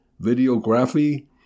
videography